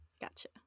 Gotcha